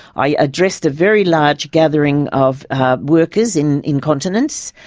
i addressed a very large gathering of workers in incontinence,